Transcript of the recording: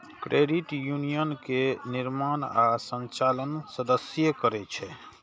credit union के निर्माण आ संचालन सदस्ये करै छै